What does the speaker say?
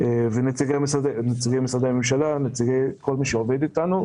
את נציגי משרדי הממשלה וכל מי שעובד אתנו.